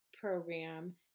program